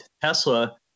Tesla